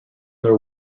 their